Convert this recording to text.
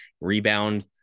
rebound